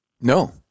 No